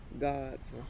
gods